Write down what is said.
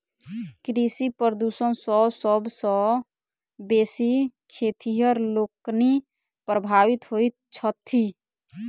कृषि प्रदूषण सॅ सभ सॅ बेसी खेतिहर लोकनि प्रभावित होइत छथि